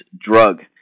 drug